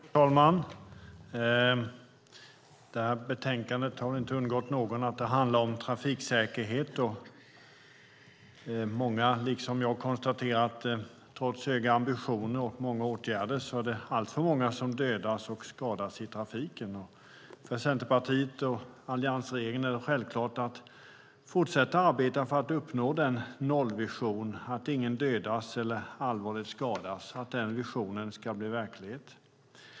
Fru talman! Det har väl inte undgått någon att det här betänkandet handlar om trafiksäkerhet. Många liksom jag konstaterar att trots höga ambitioner och många åtgärder är det alltför många som dödas och skadas i trafiken. För Centerpartiet och alliansregeringen är det självklart att fortsätta att arbeta för att nollvisionen, att ingen dödas eller allvarligt skadas i trafiken, ska bli verklighet.